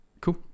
cool